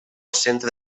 centre